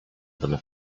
through